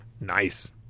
Nice